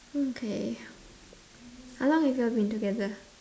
okay how long have you all been together